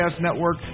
network